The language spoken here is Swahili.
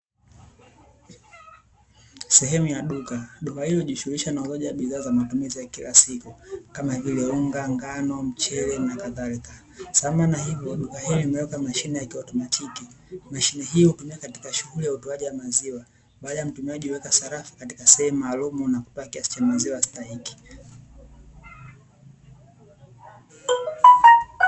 Sehemu ya duka. Duka hili hujishughulisha na uuzaji wa bidhaa za matumizi ya kila siku, kama vile: unga, ngano, mchele na kadhalika, sambamba na hivyo, duka hili limewekwa mashine ya kiotomatiki. Mashine hii hutumika katika shughuli ya utoaji wa maziwa, baada ya mtumiaji kuweka sarafu katika sehemu maalumu na kupata kiasi cha maziwa stahiki.